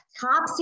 top